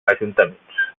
ajuntaments